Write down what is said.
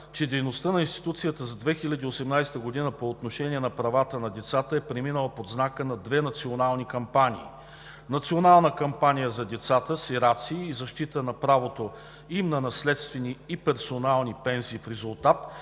че дейността на институцията за 2018 г. по отношение на правата на децата е преминала под знака на две национални кампании. Национална кампания за децата сираци и защита на правото им на наследствени или персонални пенсии, в резултат